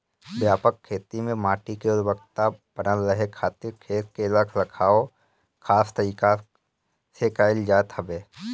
व्यापक खेती में माटी के उर्वरकता बनल रहे खातिर खेत के रख रखाव खास तरीका से कईल जात हवे